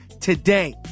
today